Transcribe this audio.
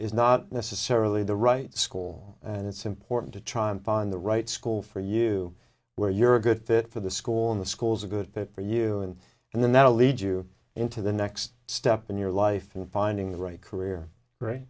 is not necessarily the right school and it's important to try and find the right school for you where you're good at that for the school in the schools are good for you and and then that will lead you into the next step in your life and finding the right career